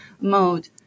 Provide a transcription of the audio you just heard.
mode